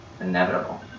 inevitable